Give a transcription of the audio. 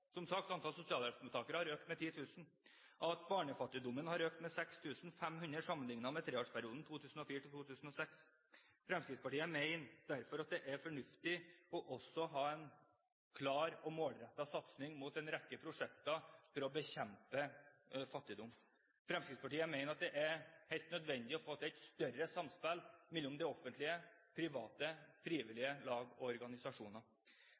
har økt med 6 500 sammenliknet med treårsperioden 2004–2006. Fremskrittspartiet mener derfor at det er fornuftig å ha en klar og målrettet satsing mot en rekke prosjekter for å bekjempe fattigdom. Fremskrittspartiet mener at det er helt nødvendig å få til et større samspill mellom det offentlige, private